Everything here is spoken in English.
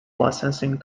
licensing